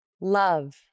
love